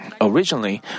Originally